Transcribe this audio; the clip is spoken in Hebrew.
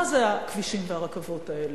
מה זה הכבישים והרכבות האלה?